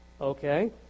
Okay